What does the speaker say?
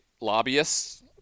lobbyists